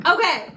Okay